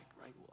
right